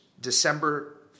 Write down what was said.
December